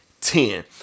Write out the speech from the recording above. Ten